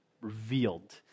revealed